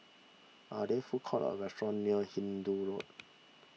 are there food courts or restaurants near Hindoo Road